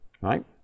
Right